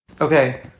Okay